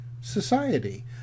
society